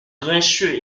grincheux